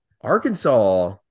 Arkansas